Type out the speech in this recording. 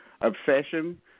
obsession